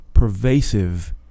Pervasive